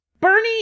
Bernie